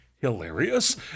hilarious